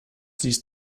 siehst